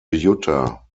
jutta